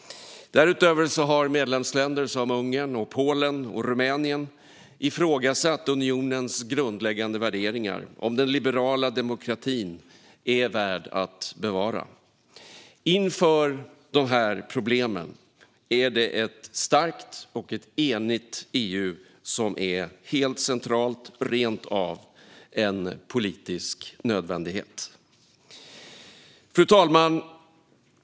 Därutöver har medlemsländer som Ungern, Polen och Rumänien ifrågasatt unionens grundläggande värderingar - om den liberala demokratin är värd att bevara. Inför dessa problem är ett starkt och enigt EU helt centralt och rent av en politisk nödvändighet. Fru talman!